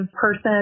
person